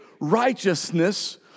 righteousness